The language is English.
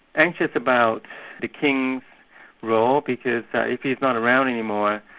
anxious about the king's role, because if he's not around anymore,